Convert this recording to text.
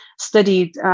studied